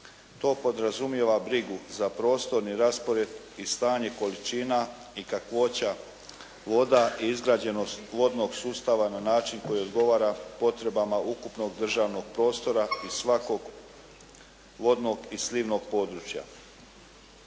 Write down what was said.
To podrazumijeva brigu za prostorni raspored i stanje količina i kakvoća voda i izgrađenost vodnog sustava na način koji odgovara potrebama ukupnog državnog prostora i svakog vodnog i slivnog područja.